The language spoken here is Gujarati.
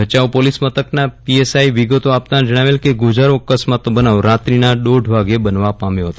ભચાઉ પોલીસ મથકના પીએસઆઈ એ વિગતો આપતા જણાવેલ કે ગોઝારા અકસ્માતનો બનાવ રાત્રીના દોઢ વાગ્યે બનવા પામ્યો ફતો